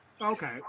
Okay